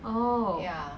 oh